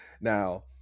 Now